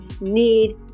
need